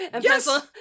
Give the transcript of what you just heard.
Yes